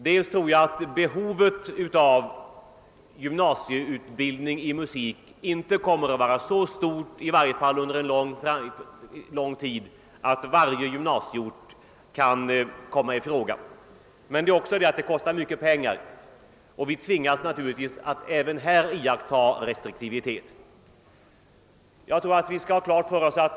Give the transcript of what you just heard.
Jag tror dels att behovet att gymnasieutbildning i musik inte kommer att vara så stort, i varje fall inte under en förhållandevis lång tid framöver, att varje gymnasieort kan komma i fråga, dels att det kostar mycket pengar och att vi även på detta område tvingas att iaktta restriktivitet.